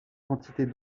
quantités